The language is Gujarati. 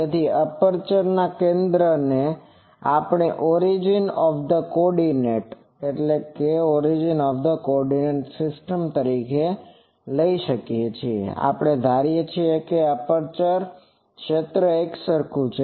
તેથી એપ્રેચર ના કેન્દ્ર ને આપણે ઓરિજીન ઓફ ધ કોઓર્ડિનેટ તરીકે લઈએ અને આપણે ધારીએ છીએ કે એપ્રેચર ક્ષેત્ર એકસરખું છે